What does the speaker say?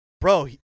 bro